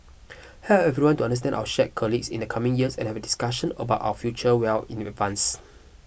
help everyone to understand our shared in the coming years and have discussions about our future well in advance